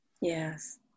yes